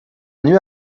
nuit